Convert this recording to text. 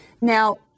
Now